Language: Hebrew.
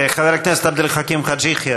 חבר הכנסת עבד אל חכים חאג' יחיא,